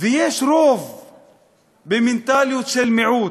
יש רוב במנטליות של מיעוט.